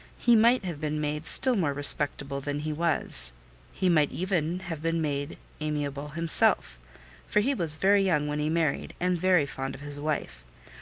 he might have been made still more respectable than he was he might even have been made amiable himself for he was very young when he married, and very fond of his wife.